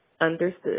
understood